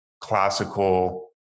classical